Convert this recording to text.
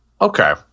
Okay